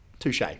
Touche